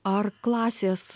ar klasės